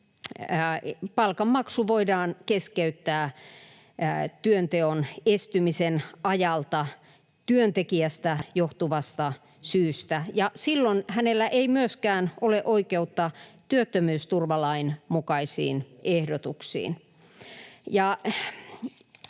palkanmaksu voidaan keskeyttää työnteon estymisen ajalta työntekijästä johtuvasta syystä, ja silloin hänellä ei myöskään ole oikeutta työttömyysturvalain mukaisiin etuuksiin.